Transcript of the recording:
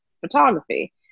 photography